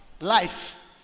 Life